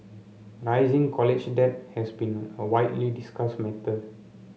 rising college debt has been a widely discuss matter